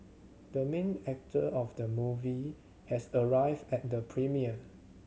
the main actor of the movie has arrived at the premiere